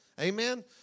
Amen